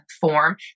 form